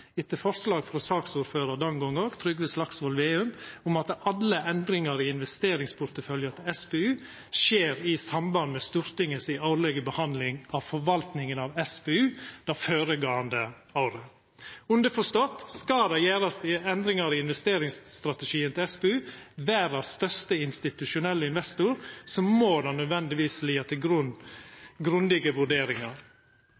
etter forslag frå saksordføraren den gongen, Trygve Slagsvold Vedum, om at alle endringar i investeringsporteføljen til SPU skjer i samband med Stortingets årlege behandling av forvaltinga av SPU det føregåande året. Underforstått: Skal det gjerast endringar i investeringsstrategien til SPU, verdas største institusjonelle investor, må det nødvendigvis liggja til